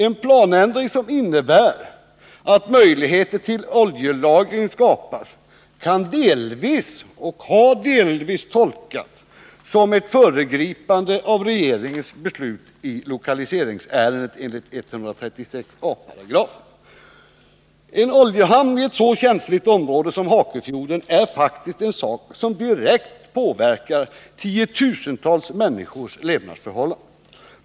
En planändring som innebär att möjligheter till oljelagring skapas kan och har delvis tolkats som ett föregripande av regeringens beslut i lokaliseringsärendet enligt 136 a §. En oljehamn i ett så känsligt område som Hakefjorden är faktiskt en sak som direkt påverkar tiotusentals människors levnadsförhållanden.